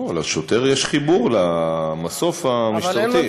לא, לשוטר יש חיבור למסוף המשטרתי.